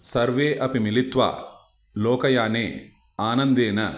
सर्वे अपि मिलित्वा लोकयाने आनन्देन